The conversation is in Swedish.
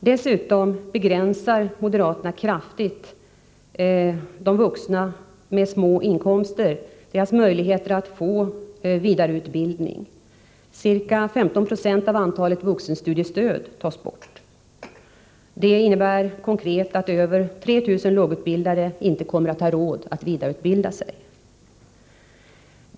Dessutom begränsar moderaterna kraftigt möjligheterna för vuxna med små inkomster att få vidareutbildning. Ca 15 90 av antalet vuxenstudiestöd tas bort. Det innebär konkret att över 3 000 lågutbildade inte kommer att ha råd att vidareutbilda sig.